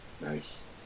Nice